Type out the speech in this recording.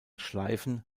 schleifen